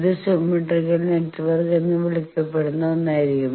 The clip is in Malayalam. ഇത് സിമെട്രിക്കൽ നെറ്റ്വർക്ക് എന്ന് വിളിക്കപ്പെടുന്ന ഒന്നായിരിക്കണം